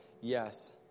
yes